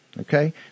Okay